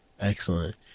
Excellent